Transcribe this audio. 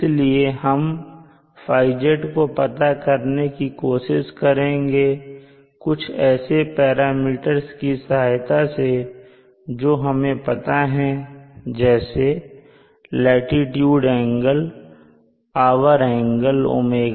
इसलिए हम θz को पता करने की कोशिश करेंगे कुछ ऐसे पैरामीटर्स की सहायता से जो हमें पता हैं जैसे लाटीट्यूड एंगल और आवर एंगल ω